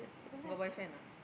got boyfriend or not